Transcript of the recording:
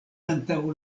antaŭ